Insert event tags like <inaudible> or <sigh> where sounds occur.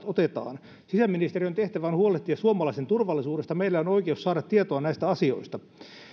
<unintelligible> otetaan sisäministeriön tehtävä on huolehtia suomalaisten turvallisuudesta meillä on oikeus saada tietoa näistä asioista